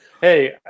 hey